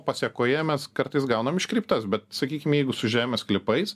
pasėkoje mes kartais gaunam iškreiptas bet sakykim jeigu su žemės sklypais